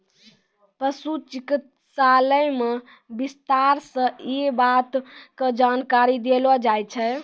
पशु चिकित्सालय मॅ विस्तार स यै बात के जानकारी देलो जाय छै